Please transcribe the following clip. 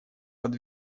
под